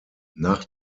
nach